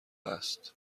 است